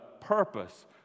purpose